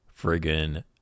friggin